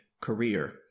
career